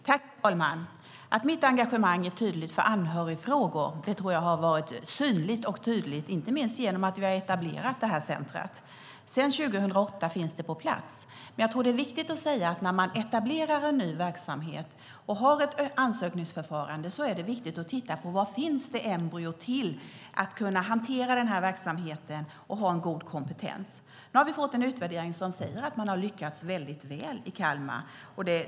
Herr talman! Mitt engagemang för anhörigfrågor tror jag har varit synligt och tydligt, inte minst genom att vi har etablerat det här centrumet. Sedan 2008 finns det på plats. Jag tror ändå att det är viktigt att säga att när man etablerar en ny verksamhet och har ett ansökningsförfarande är det betydelsefullt att titta på var det finns ett embryo till att kunna hantera den här verksamheten och ha en god kompetens. Nu har vi fått en utvärdering som säger att man har lyckats väldigt väl i Kalmar.